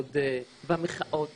עוד במחאות